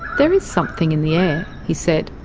there is something in the air he said.